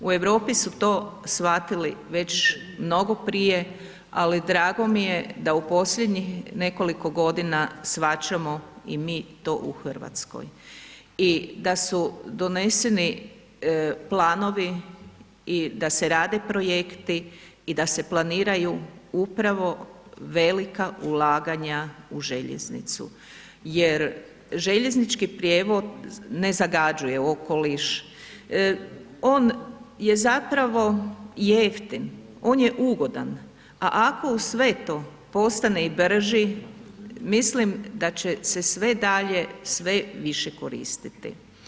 U Europi su to shvatili već mnogo prije, ali drago mi je da u posljednjih nekoliko godina shvaćamo i mi to u RH i da su doneseni planovi i da se rade projekti i da se planiraju upravo velika ulaganja u željeznicu jer željeznički prijevoz ne zagađuje okoliš, on je zapravo jeftin, on je ugodan, a ako uz sve to postane i brži, mislim da će se sve dalje sve više koristiti.